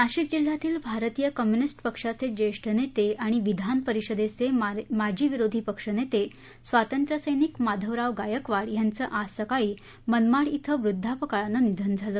नाशिक जिल्ह्यातील भारतीय कम्युनिस्ट पक्षाचे जेष्ठ नेते आणि विधान परिषदेचे माजी विरोधी पक्ष नेते स्वातंत्र्य सैनिक माधवराव गायकवाड यांचं आज सकाळी मनमाड येथेवृद्धपकाळाने निधन झालं